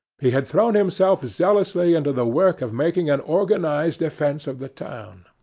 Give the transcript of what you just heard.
he had thrown himself zealously into the work of making an organized defence of the town.